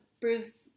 Bruce